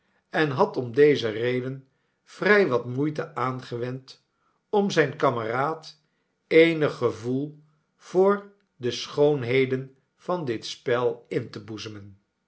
en had om deze reden vrij wat moeite aangewend om zyn kameraad eenig gevoel voor de schoonheden van dit spel in te boezemen